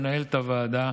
מנהלת הוועדה.